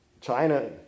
China